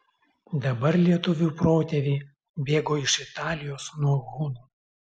dabar lietuvių protėviai bėgo iš italijos nuo hunų